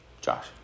Josh